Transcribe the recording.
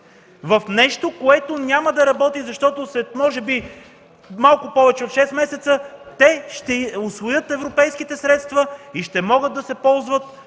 в нещо, което няма да работи, защото след може би малко повече от шест месеца ще усвоят европейските средства и ще могат да се ползват